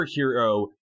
superhero